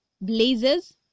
blazers